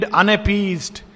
unappeased